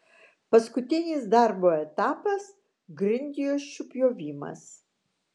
paskutinis darbo etapas grindjuosčių pjovimas